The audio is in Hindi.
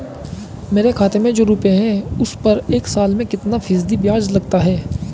मेरे खाते में जो रुपये हैं उस पर एक साल में कितना फ़ीसदी ब्याज लगता है?